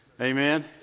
Amen